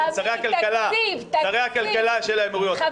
שרי הכלכלה של האמירויות --- תקציב,